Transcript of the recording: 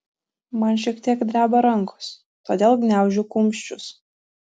man šiek tiek dreba rankos todėl gniaužiu kumščius